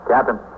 Captain